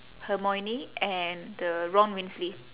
hermione and the ron weasley